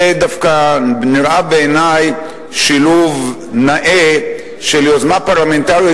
זה דווקא נראה בעיני שילוב נאה של יוזמה פרלמנטרית